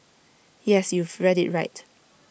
yes you've read IT right